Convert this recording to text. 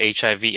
HIV